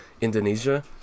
Indonesia